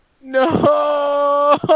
No